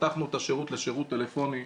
פתחנו את השירות לשירות טלפוני.